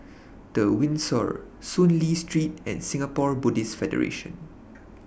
The Windsor Soon Lee Street and Singapore Buddhist Federation